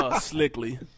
Slickly